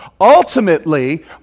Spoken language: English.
Ultimately